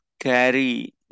carry